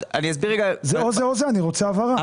רוצה הבהרה.